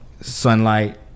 sunlight